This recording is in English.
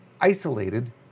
isolated